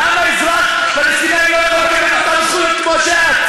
למה אזרח פלסטיני לא יכול לקבל את אותן זכויות כמו שאת?